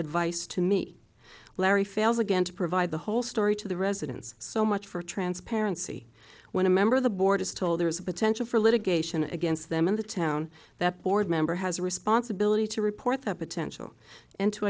advice to me larry fails again to provide the whole story to the residents so much for transparency when a member of the board is told there is a potential for litigation against them in the town that board member has a responsibility to report that potential and to